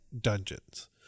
dungeons